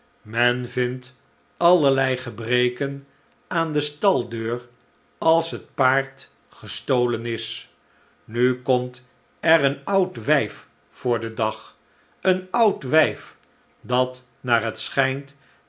men vindt allerlei gebreken aan de staldeur als het paard gestolen is nu komt er een oud wijf voor den dag een oud wijf dat naar het schijnt